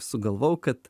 sugalvojau kad